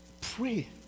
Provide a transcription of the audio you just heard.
pray